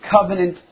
covenant